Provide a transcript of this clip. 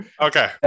Okay